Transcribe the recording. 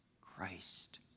Christ